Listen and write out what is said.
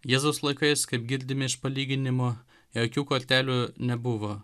jėzaus laikais kaip girdime iš palyginimo jokių kortelių nebuvo